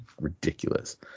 ridiculous